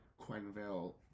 Quenville